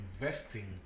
investing